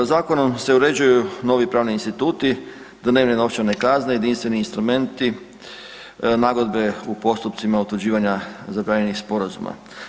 Zakonom se uređuju novi pravni instituti dnevne novčane kazne, jedinstveni instrumenti, nagodbe u postupcima utvrđivanja zabranjenih sporazuma.